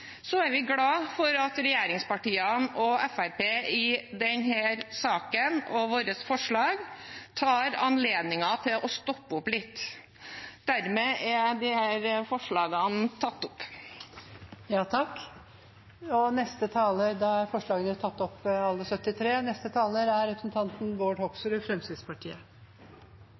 Så er vi glade for at regjeringspartiene og Fremskrittspartiet i denne saken og med våre forslag benytter anledningen til å stoppe opp litt. Dermed er disse forslagene tatt opp. Da har representanten Kirsti Leirtrø tatt opp de forslagene